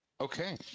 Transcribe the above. Okay